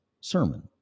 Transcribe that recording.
sermon